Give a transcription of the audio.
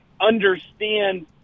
understand